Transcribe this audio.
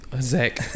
Zach